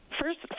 First